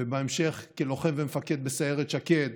ובהמשך כלוחם ומפקד בסיירת שקד